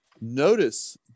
notice